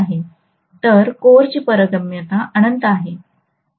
तर कोरची पारगम्यता अनंत आहे